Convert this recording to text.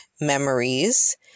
memories